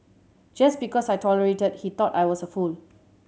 just because I tolerated he thought I was a fool